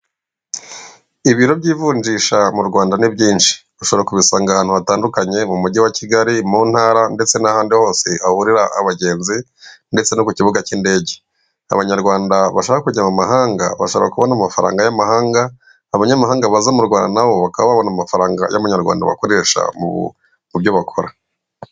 Ibiro by'ivunjisha mu Rwanda ni byinshi ushobora kubisanga ahantu hatandukanye mu mujyi wa Kigali mu ntara ndetse nahandi hose hahurira abagenzi ndetse no ku kibuga cy'indege, abanyarwanda bashaka kujya mu mahanga bashobora kubona amafaranga y'amahanga abanyamahanga baza mu Rwanda nabo bakaba babona amafaranga y'amanyarwanda bakoresha mubyo bakora.